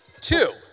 Two